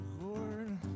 Lord